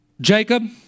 Jacob